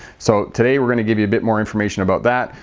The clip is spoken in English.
so today we're going to give you a bit more information about that.